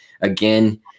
Again